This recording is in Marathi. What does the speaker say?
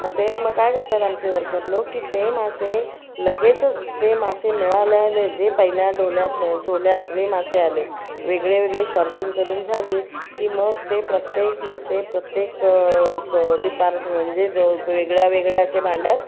मग ते मग काय करतात आमचे वर्कर लोक की ते मासे लगेचच ते मासे मिळालेले जे पहिल्या डोल्यात झोल्यात जे मासे आले आहेत वेगळे वेगळे शॉर्टिंग करून झाली की मग ते प्रत्येक मासे प्रत्येक डिपार्ट म्हणजे ज वेगळ्या वेगळ्या असे भांड्यात